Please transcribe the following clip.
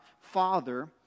father